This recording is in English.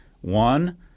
one